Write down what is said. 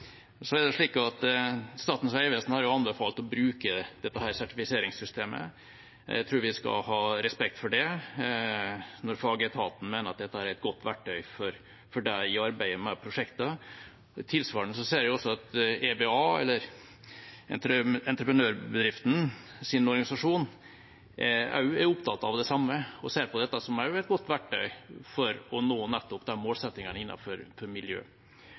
Statens vegvesen har jo anbefalt å bruke dette sertifiseringssystemet. Jeg tror vi skal ha respekt for det når fagetaten mener at det er et godt verktøy for dem i arbeidet med prosjektene. Tilsvarende ser vi at EBA, entreprenørbedriftenes organisasjon, er opptatt av det samme og også ser på dette som et godt verktøy for å nå nettopp målsettingene innenfor miljø.